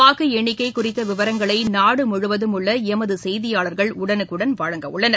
வாக்கு எண்ணிக்கை குறித்த விவரங்களை நாடு முழுவதும் உள்ள எமது செய்தியாளர்கள் உடனுக்குடன் வழங்க உள்ளனர்